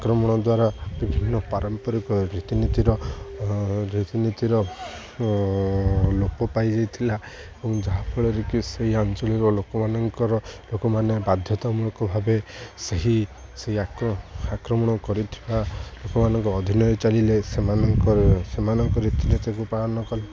ଆକ୍ରମଣ ଦ୍ୱାରା ବିଭିନ୍ନ ପାରମ୍ପରିକ ରୀତିନୀତିର ରୀତିନୀତିର ଲୋପ ପାଇଯାଇଥିଲା ଏବଂ ଯାହାଫଳରେ କି ସେହି ଅଞ୍ଚଳର ଲୋକମାନଙ୍କର ଲୋକମାନେ ବାଧ୍ୟତାମୂଳକ ଭାବେ ସେହି ସେଇ ଆକ୍ରମଣ କରିଥିବା ଲୋକମାନଙ୍କ ଅଧିନରେ ଚାଲିଲେ ସେମାନଙ୍କର ସେମାନଙ୍କ ରୀତିନୀତିକୁ ପାଳନ କଲେ